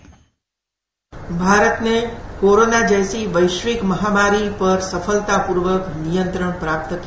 bite Bharat ने corona जैसी वैश्विक महामारी पर सफलतापूर्वक नियंत्रण प्राप्त किया